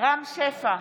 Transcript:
רם שפע,